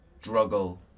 struggle